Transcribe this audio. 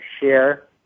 share